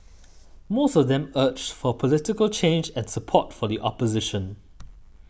most of them urged for political change and support for the opposition